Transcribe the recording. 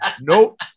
Nope